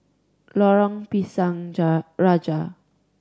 Lorong Pisang Ja Raja